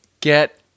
Get